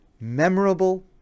memorable